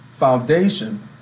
foundation